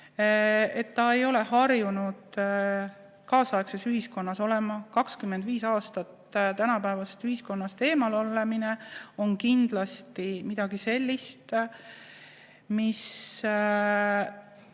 et ta ei ole harjunud kaasaegses ühiskonnas elama – 25 aastat tänapäeva ühiskonnast eemal olla on kindlasti midagi sellist, mis